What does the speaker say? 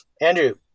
Andrew